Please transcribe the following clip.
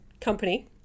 company